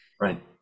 Right